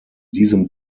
diesem